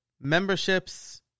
memberships